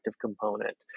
component